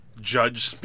judge